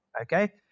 okay